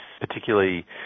particularly